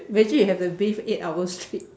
imagine if you have to bathe eight hours straight